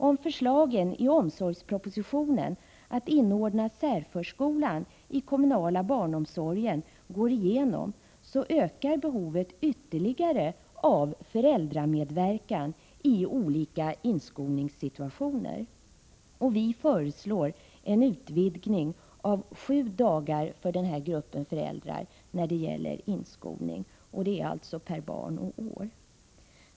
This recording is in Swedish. Om förslagen i omsorgspropositionen om att inordna särförskolan i den kommunala barnomsorgen går igenom, ökar behovet ytterligare av föräldramedverkan i olika inskolningssituationer. Vi föreslår en utvidgning av inskolningen på sju dagar per barn och år för den här gruppen föräldrar.